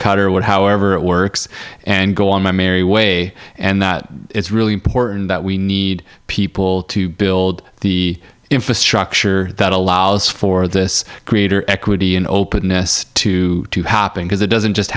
what however it works and go on my merry way and that it's really important that we need people to build the infrastructure that allows for this creator equity and openness to to happen because it doesn't just